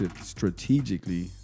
strategically